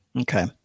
Okay